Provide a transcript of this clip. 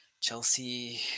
Chelsea